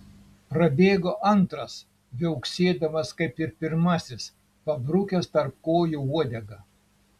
prabėgo antras viauksėdamas kaip ir pirmasis pabrukęs tarp kojų uodegą